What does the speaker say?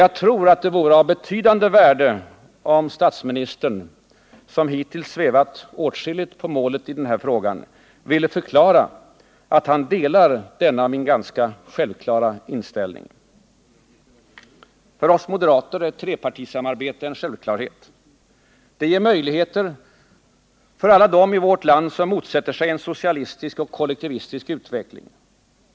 Jag tror att det vore av betydande värde om statsministern — som hitintills svävat åtskilligt på målet i denna fråga — ville förklara, att han delar denna min ganska självklara inställning. För oss moderater är trepartisamarbete en självklarhet. Det ger möjligheter för alla dem i vårt land som motsätter sig en socialistisk och kollektivistisk utveckling.